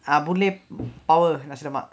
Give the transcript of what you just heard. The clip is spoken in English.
ah boon lay power nasi lemak